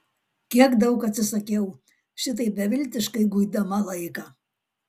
kiek daug atsisakiau šitaip beviltiškai guidama laiką